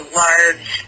large